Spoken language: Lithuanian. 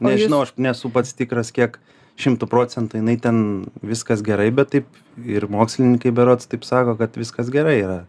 nežinau aš nesu pats tikras kiek šimtu procentų jinai ten viskas gerai bet taip ir mokslininkai berods taip sako kad viskas gerai yra